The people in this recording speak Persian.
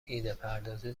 ایدهپردازی